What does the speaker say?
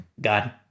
God